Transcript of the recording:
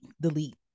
delete